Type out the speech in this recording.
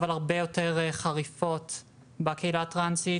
אבל הרבה יותר חריפות בקהילה הטרנסית